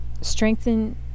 strengthen